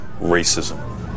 racism